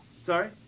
Sorry